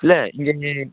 இல்லை இங்கே